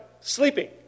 sleeping